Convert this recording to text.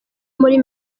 muri